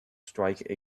strike